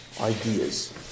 ideas